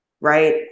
right